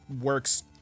works